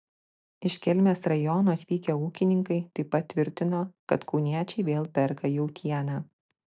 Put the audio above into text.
iš kelmės rajono atvykę ūkininkai taip pat tvirtino kad kauniečiai vėl perka jautieną